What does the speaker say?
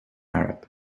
arab